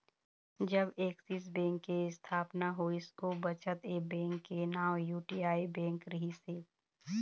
जब Axis bank के इस्थापना होइस ओ बखत ऐ बेंक के नांव यूटीआई बेंक रिहिस हे